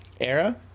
Era